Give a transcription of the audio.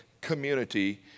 community